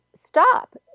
stop